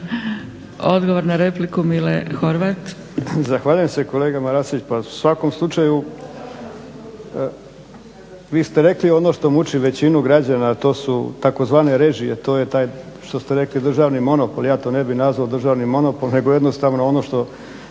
Odgovor na repliku, Mile Horvat.